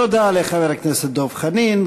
תודה לחבר הכנסת דב חנין.